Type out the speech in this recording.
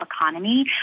economy